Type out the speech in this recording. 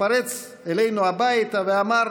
התפרץ אלינו הביתה ואמר: